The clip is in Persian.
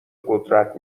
قدرت